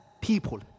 people